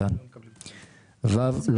לכל